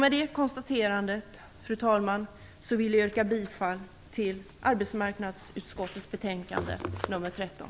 Med det konstaterandet vill jag yrka bifall till hemställan i arbetsmarknadsutskottets betänkande nr 13.